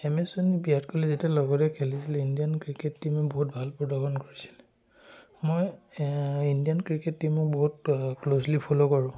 M S Dhoni Virat কোহলিয়ে যেতিয়া লগতে খেলিছিলে ইণ্ডিয়ান ক্ৰিকেট টীমে বহুত ভাল প্ৰদৰ্শন কৰিছিলে মই ইণ্ডিয়ান ক্ৰিকেট টীমক বহুত ক্ল'জলি ফ'লো কৰোঁ